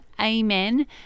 amen